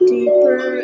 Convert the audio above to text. Deeper